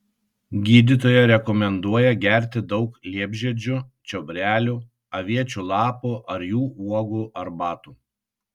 gydytoja rekomenduoja gerti daug liepžiedžių čiobrelių aviečių lapų ar jų uogų arbatų